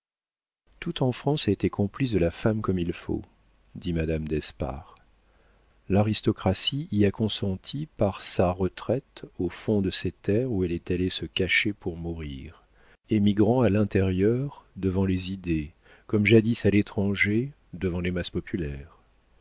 tout en france a été complice de la femme comme il faut dit madame d'espard l'aristocratie y a consenti par sa retraite au fond de ses terres où elle est allée se cacher pour mourir émigrant à l'intérieur devant les idées comme jadis à l'étranger devant les masses populaires